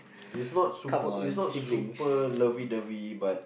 it's not super it's not super lovey dovey but